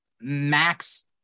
Max